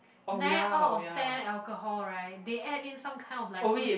nine out of ten alcohol right they add in some kind of like fruit